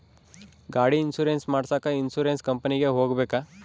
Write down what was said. ಗಾಡಿ ಇನ್ಸುರೆನ್ಸ್ ಮಾಡಸಾಕ ಇನ್ಸುರೆನ್ಸ್ ಕಂಪನಿಗೆ ಹೋಗಬೇಕಾ?